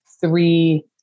three